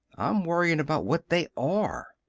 i'm worryin' about what they are!